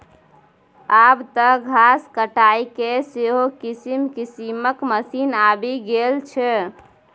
आब तँ घास काटयके सेहो किसिम किसिमक मशीन आबि गेल छै